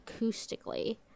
acoustically